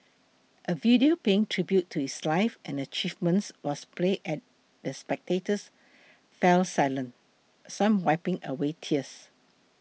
a video paying tribute to his life and achievements was played as the spectators fell silent some wiping away tears